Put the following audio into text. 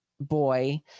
boy